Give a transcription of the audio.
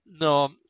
no